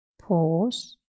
Pause